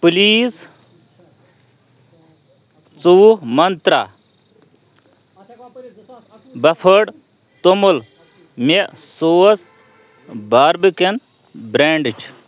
please ژوٚوُہ Mantra puffed توٚمُل مےٚ سوز باربِکین برٛینٛڈٕچ